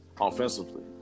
offensively